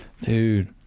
Dude